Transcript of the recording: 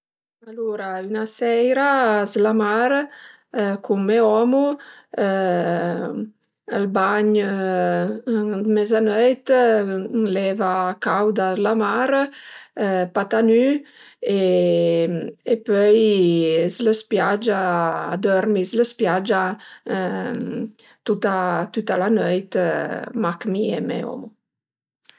Alura üna seira s'la mar cum me omu ël bagn dë mezanöit ën l'eva cauda d'la mar patanü' e pöi s'la spiagia a dörmi s'la spiagia tuta tüta la nöit mach mi e me omu